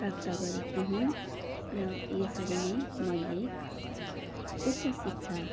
प्राप्त गरेकी हुँ र यसरी नै मैले उच्च शिक्षा